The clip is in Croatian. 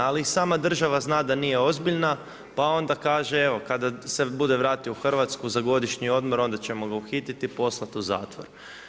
Ali sama država zna da nije ozbiljna, pa onda kaže, evo kada se bude vratio u Hrvatsku za godišnji odmor onda ćemo ga uhititi i poslati u zatvor.